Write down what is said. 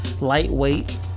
lightweight